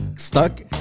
Stuck